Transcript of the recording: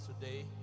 today